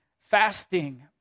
fasting